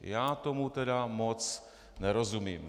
Já tomu tedy moc nerozumím.